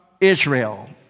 Israel